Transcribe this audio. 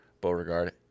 Beauregard